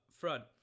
front